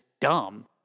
dumb